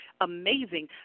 amazing